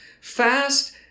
Fast